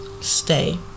stay